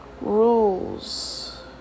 rules